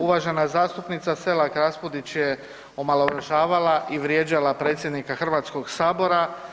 Uvažena zastupnica Selak Raspudić je omalovažavala i vrijeđala predsjednika Hrvatskoga sabora.